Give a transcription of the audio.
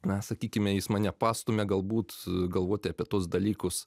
na sakykime jis mane pastumia galbūt galvoti apie tuos dalykus